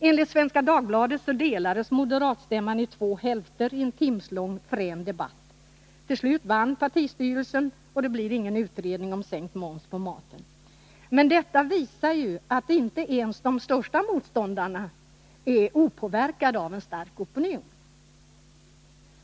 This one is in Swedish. Enligt Svenska Dagbladet delades moderatstämman i två hälfter i en timslång frän debatt. Till slut vann partistyrelsen. och det blir ingen utredning om sänkt moms på maten. Men detta visar att inte ens de största motståndarna är opåverkade av en stark opinion.